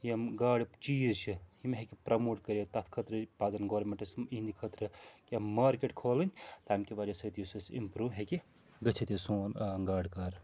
یِم گاڈٕ چیٖز چھِ یِم ہیٚکہِ پرٛموٹ کٔرِتھ تَتھ خٲطرٕ پَزَن گورمِنٹَس یِہٕنٛدِ خٲطرٕ کیٚنٛہہ مارکیٹ کھولٕنۍ تَمہِ کہِ وجہ سۭتۍ یُس اَسہِ اِمپروٗ ہیٚکہِ گٔژھِتھ یہِ سون گاڈٕ کار